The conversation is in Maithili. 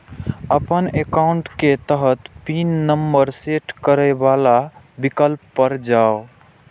अपन एकाउंट के तहत पिन नंबर सेट करै बला विकल्प पर जाउ